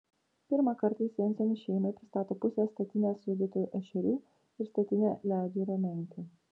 pirmą kartą jis jensenų šeimai pristato pusę statinės sūdytų ešerių ir statinę ledjūrio menkių